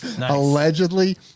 allegedly